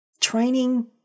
Training